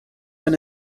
been